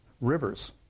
rivers